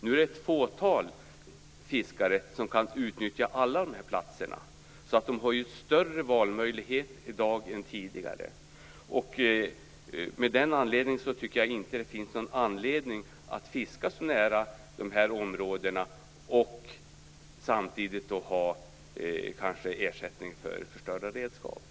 Nu är det ett fåtal fiskare som kan utnyttja alla de här platserna. De har ju större valmöjligheter i dag än tidigare. Av det skälet tycker jag inte att det finns någon anledning att fiska så nära de här områdena och samtidigt få ersättning för förstörda redskap.